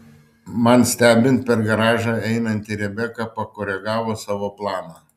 man stebint per garažą einanti rebeka pakoregavo savo planą